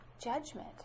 judgment